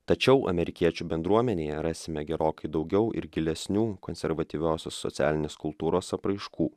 tačiau amerikiečių bendruomenėje rasime gerokai daugiau ir gilesnių konservatyviosios socialinės kultūros apraiškų